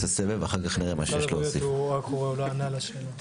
הוא לא ענה על השאלה.